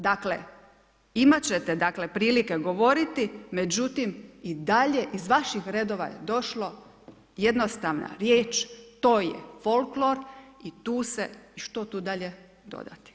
Dakle, imati ćete dakle, prilike govoriti, međutim, i dalje iz vaših redova je došlo jednostavna riječ, to je folklor i tu se, što tu dalje dodati.